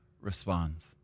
responds